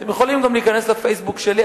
אתם יכולים גם להיכנס ל"פייסבוק" שלי,